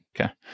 okay